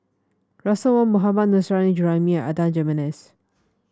Russel Wong Mohammad Nurrasyid Juraimi and Adan Jimenez